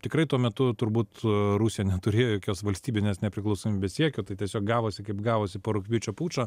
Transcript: tikrai tuo metu turbūt rusija neturėjo jokios valstybinės nepriklausomybės siekio tai tiesiog gavosi kaip gavosi po rugpjūčio pučo